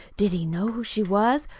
did he know who she was?